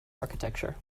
architecture